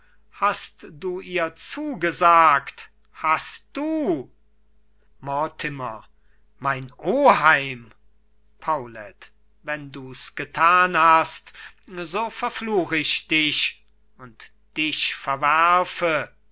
hast du ihr zugesagt hast du mortimer mein oheim paulet wenn du's getan hast so verfluch ich dich und dich verwerfe